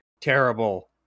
terrible